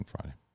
Friday